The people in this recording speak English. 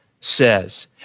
says